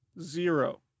Zero